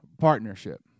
partnership